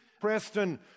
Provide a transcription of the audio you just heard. Preston